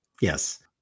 Yes